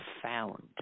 profound